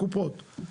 קופות.